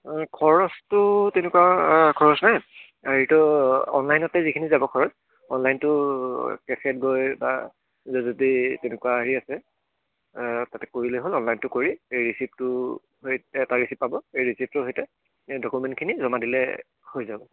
খৰচটো তেনেকুৱা খৰচ নাই হেৰিটো অনলাইনতে যিখিনি যাব খৰচ অনলাইনটো গৈ বা যদি তেনেকুৱা হেৰি আছে তাতে কৰিলে হ'ল অনলাইনটো কৰি এই ৰিচিপ্টটোৰ সৈতে এটা ৰিচিপ্ট পাব এই ৰিচিপ্টোৰ সৈতে ডকুমেণ্টখিনি জমা দিলে হৈ যাব